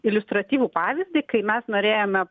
iliustratyvų pavyzdį kai mes norėjome